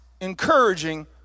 encouraging